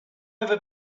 ever